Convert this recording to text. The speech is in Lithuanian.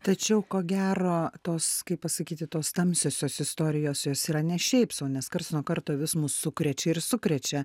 tačiau ko gero tos kaip pasakyti tos tamsiosios istorijos jos yra ne šiaip sau nes karts nuo karto vis mus sukrečia ir sukrečia